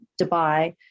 Dubai